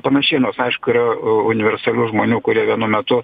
panašiai nors aišku yra universalių žmonių kurie vienu metu